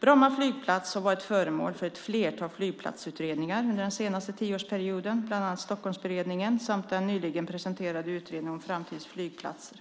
Bromma flygplats har varit föremål för ett flertal flygplatsutredningar under den senaste tioårsperioden, bland annat Stockholmsberedningen samt den nyligen presenterade utredningen Framtidens flygplatser .